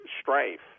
strife